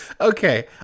Okay